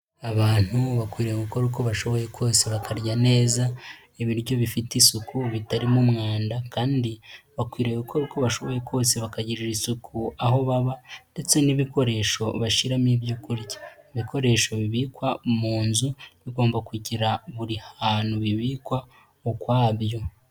Abantu bakwiriye gukora uko bashoboye kose bakarya neza ibiryo bifite isuku bitarimo umwanda kandi bakwiriye gukora uko bashoboye kose bakagirira isuku aho baba ndetse n'ibikoresho bashyiramo ibyo kurya, ibikoresho bibikwa mu nzu bigomba kugira buri hantu bibikwa ukwabyo.